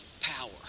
power